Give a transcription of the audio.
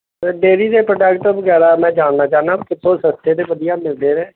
ਅ dairy ਦੇ product ਵਗੈਰਾ ਮੈਂ ਜਾਣਨਾ ਚਾਹੁੰਦਾ ਕਿੱਥੋਂ ਸਸਤੇ ਅਤੇ ਵਧੀਆ ਮਿਲਦੇ ਨੇ